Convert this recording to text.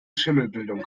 schimmelbildung